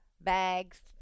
bags